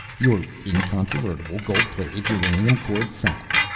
your incontrovertible, gold-plated, uranium-cored fact.